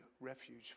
refuge